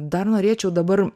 dar norėčiau dabar